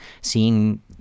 seeing